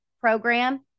program